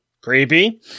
Creepy